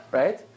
right